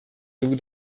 took